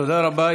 תודה רבה.